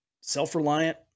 self-reliant